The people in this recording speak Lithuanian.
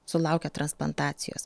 sulaukia transplantacijos